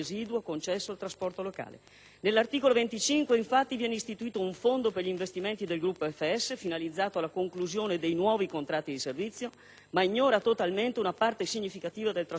All'articolo 25, infatti, viene istituito un fondo per gli investimenti del gruppo FS finalizzato alla conclusione dei nuovi contratti di servizio, ma si ignora totalmente una parte significativa del trasporto locale e cioè quello ferroviario.